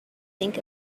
think